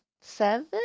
seven